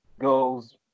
goes